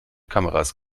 kameras